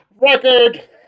record